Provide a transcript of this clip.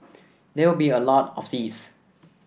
and there will be a lot of seeds